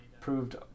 proved